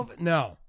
No